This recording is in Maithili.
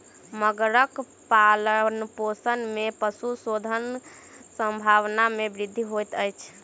मगरक पालनपोषण में पशु शोषण के संभावना में वृद्धि होइत अछि